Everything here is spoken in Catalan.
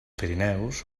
pirineus